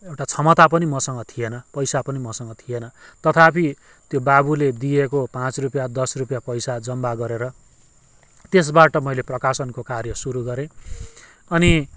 एउटा क्षमता पनि मसँग थिएन पैसा पनि मसँग थिएन तथापि त्यो बाबुले दिएको पाँच रुपियाँ दस रुपियाँ पैसा जम्मा गरेर त्यसबाट मैले प्रकाशनको कार्य सुरु गरेँ अनि